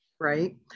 right